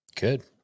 Good